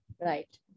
Right